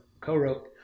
co-wrote